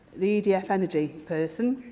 the edf energy person.